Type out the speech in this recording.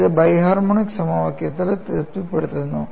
ഇത് biharmonic സമവാക്യത്തെ തൃപ്തിപ്പെടുത്തുന്നു